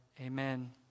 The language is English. amen